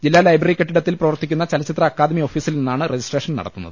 ജില്ലാ ലൈബ്രറി കെട്ടിടത്തിൽ പ്രവർത്തിക്കുന്ന ചലച്ചിത്ര അക്കാദമി ഓഫീസിൽ നിന്നാണ് രജിസ്ട്രേഷൻ നടത്തുന്നത്